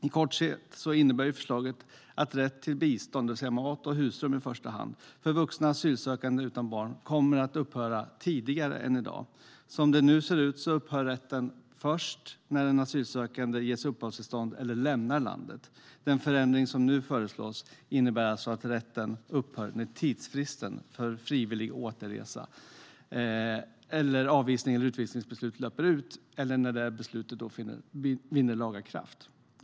På kort sikt innebär förslaget att rätt till bistånd, i första hand mat och husrum, för vuxna asylsökande utan barn kommer att upphöra tidigare än i dag. Som det nu ser ut upphör rätten först när den asylsökande ges uppehållstillstånd eller lämnar landet. Den förändring som nu föreslås innebär alltså att rätten upphör när tidsfristen för frivillig återresa eller avvisnings eller utvisningsbeslut löper ut eller när beslutet vinner laga kraft.